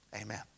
Amen